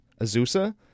Azusa